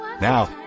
Now